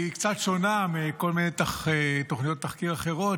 היא קצת שונה מכל מיני תוכניות תחקיר אחרות,